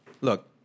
look